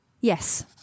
Yes